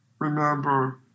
Remember